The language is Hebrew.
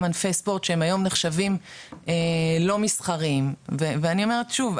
גם ענפי ספורט שהם היום נחשבים לא מסחריים ואני אומרת שוב,